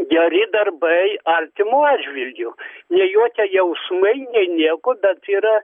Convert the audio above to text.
geri darbai artimo atžvilgiu ne jokie jausmai nei nieko bet yra